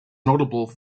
notable